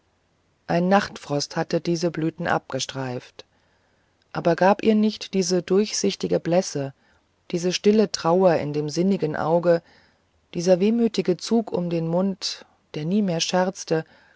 ein nachtfrost hatte diese blüten abgestreift aber gab ihr nicht diese durchsichtige blässe diese stille trauer in dem sinnigen auge dieser wehmütige zug um den mund der nie mehr scherzte